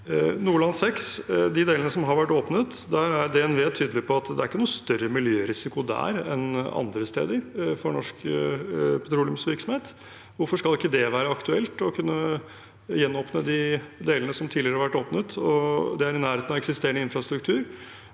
Nordland VI som har vært åpnet, er DNV tydelig på at det ikke er noen større miljørisiko der enn andre steder for norsk petroleumsvirksomhet. Hvorfor skal det ikke være aktuelt å kunne gjenåpne de delene som tidligere har vært åpnet? Det er også i nærheten av eksisterende infrastruktur.